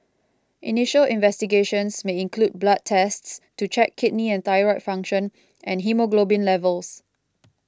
initial investigations may include blood tests to check kidney and thyroid function and haemoglobin levels